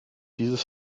dieses